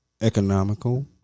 economical